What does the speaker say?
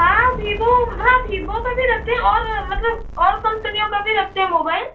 हाँ वीवो हाँ वीवो का भी रखती हूँ और मतलब और कंपनियो का भी रखती हूँ मोबाइल